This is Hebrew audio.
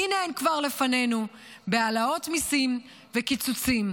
הינה הן כבר לפנינו בהעלאות מיסים וקיצוצים.